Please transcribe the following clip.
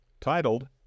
titled